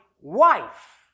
wife